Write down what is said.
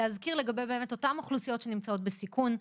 להזכיר לגבי באמת אותן אוכלוסיות שנמצאות בסיכון,